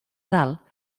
dalt